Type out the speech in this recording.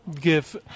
give